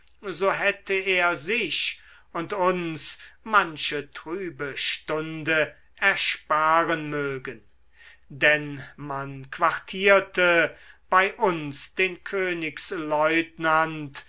so hätte er sich und uns manche trübe stunde ersparen mögen denn man quartierte bei uns den